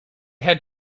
had